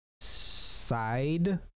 side